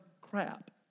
crap